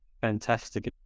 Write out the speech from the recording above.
fantastic